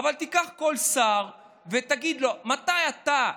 אבל תיקח כל שר ותגיד לו: מתי אתה,